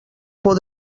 por